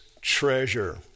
treasure